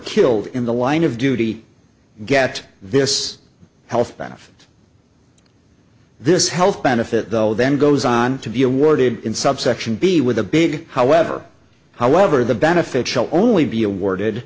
killed in the line of duty get this health benefit this health benefit though then goes on to be awarded in subsection b with a big however however the benefits shall only be awarded